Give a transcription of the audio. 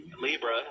Libra